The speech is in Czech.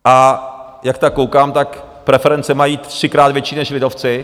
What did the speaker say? A jak tak koukám, tak preference mají třikrát větší než lidovci.